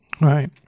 Right